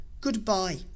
Goodbye